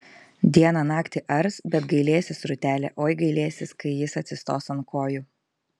dieną naktį ars bet gailėsis rūtelė oi gailėsis kai jis atsistos ant kojų